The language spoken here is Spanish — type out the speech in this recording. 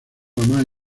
más